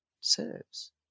serves